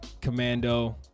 Commando